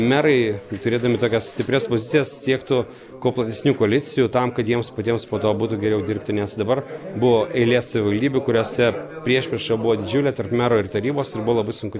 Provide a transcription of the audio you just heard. merai turėdami tokias stiprias pozicijas siektų kuo platesnių koalicijų tam kad jiems patiems po to būtų geriau dirbti nes dabar buvo eilė savivaldybių kuriose priešprieša buvo didžiulė tarp mero ir tarybos ir buvo labai sunku